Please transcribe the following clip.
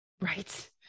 Right